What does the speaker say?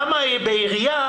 למה בעירייה,